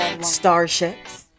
Starships